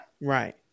Right